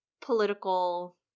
political